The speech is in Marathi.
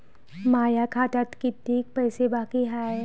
माया खात्यात कितीक पैसे बाकी हाय?